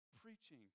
preaching